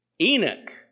Enoch